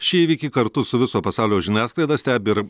šį įvykį kartu su viso pasaulio žiniasklaida stebi ir